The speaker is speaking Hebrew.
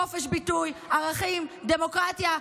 חופש ביטוי, ערכים, דמוקרטיה.